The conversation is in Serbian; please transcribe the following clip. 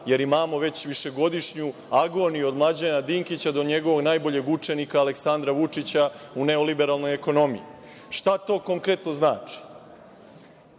jer imamo već višegodišnju agoniju do Mlađana Dinkića do njegovog najboljeg učenika Aleksandra Vučića u neoliberalnoj ekonomiji. Šta to konkretno znači?